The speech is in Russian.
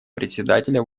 председателя